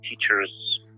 teachers